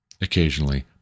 occasionally